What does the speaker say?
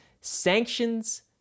Sanctions